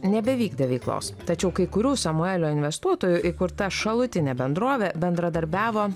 nebevykdė veiklos tačiau kai kurių samuelio investuotojų įkurta šalutinė bendrovė bendradarbiavo